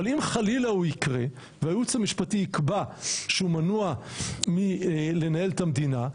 אבל אם חלילה הוא יקרה והייעוץ המשפטי יקבע שהוא מנוע מלנהל את המדינה,